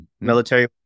military